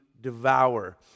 devour